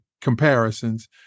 comparisons